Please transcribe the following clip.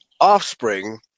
offspring